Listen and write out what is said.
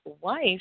wife